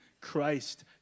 Christ